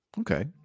Okay